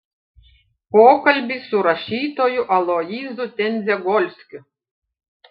pokalbis su rašytoju aloyzu tendzegolskiu